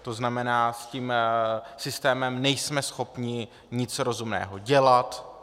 To znamená, s tím systémem nejsme schopni nic rozumného dělat.